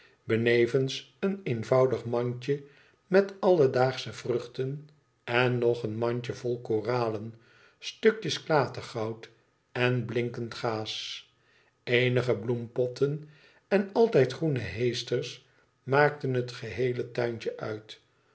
benevens een eenvoudig mandje met alledaagsche vruchten en nog een mandje vol koralen stukjes klatergoud en blinkend gaas eenige bloempotten en altijd groene heesters maakten het eheele tuintje uit